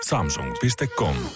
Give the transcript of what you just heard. Samsung.com